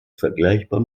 vergleichbar